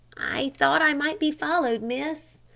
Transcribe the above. i thought i might be followed, miss.